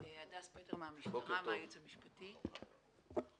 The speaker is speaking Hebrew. אני הדס פטר, מהייעוץ המשפטי של המשטרה.